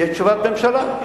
יש תשובת ממשלה?